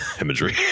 imagery